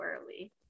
early